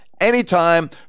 anytime